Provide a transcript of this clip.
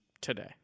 Today